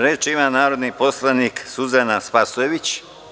Reč ima narodni poslanik Suzana Spasojević.